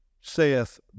saith